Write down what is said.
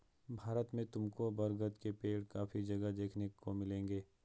भारत में तुमको बरगद के पेड़ काफी जगह देखने को मिलेंगे